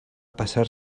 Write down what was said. passar